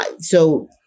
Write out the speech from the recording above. so-